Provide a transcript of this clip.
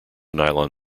nylon